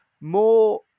more